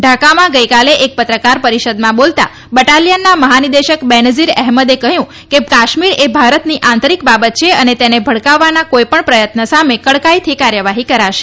ઢાકામાં ગઈકાલે એક પત્રકાર પરિષદમાં બોલતાં બટાલીયનના મહાનિદેશક બેનઝીર અહેમદે કહયું કે કાશ્મીર એ ભારતની આંતરિક બાબત છે અને તેને ભડકાવાના કોઈપણ પ્રથત્ન સામે કડકાઈથી કાર્યવાઠી કરાશે